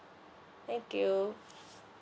thank you